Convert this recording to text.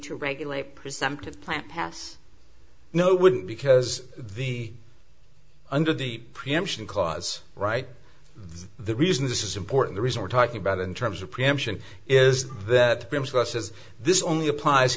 to regulate presumptive plant pass no it wouldn't because the under the preemption cause right the reason this is important the reason we're talking about in terms of preemption is that rooms versus this only applies